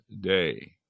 day